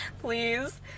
Please